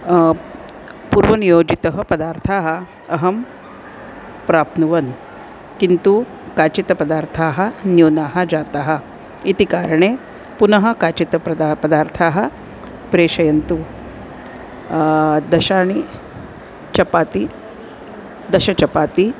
पूर्वनियोजितः पदार्थाः अहं प्राप्नुवन् किन्तु काचित् पदार्थाः न्यूनाः जातः इति कारणे पुनः काचित् प्रदा पदार्थाः प्रेषयन्तु दशचपाति दशचपाति